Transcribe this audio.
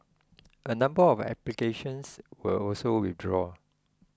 a number of applications were also withdrawn